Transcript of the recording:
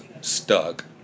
stuck